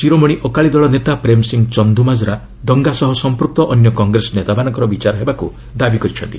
ଶିରୋମଣି ଅକାଳୀଦଳ ନେତା ପ୍ରେମ୍ ସିଂ ଚନ୍ଦୁମାଜରା ଦଙ୍ଗା ସହ ସଂପୃକ୍ତ ଅନ୍ୟ କଂଗ୍ରେସ ନେତାମାନଙ୍କର ବିଚାର ହେବାକୁ ଦାବି କରିଛନ୍ତି